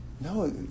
No